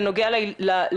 זה נוגע לכולנו,